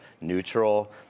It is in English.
neutral